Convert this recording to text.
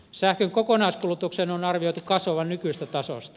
sähkön kokonaiskulutuksen on arvioitu kasvavan nykyisestä tasosta